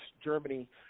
Germany